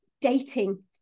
dating